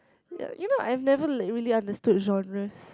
ya you know I've never like really understood genres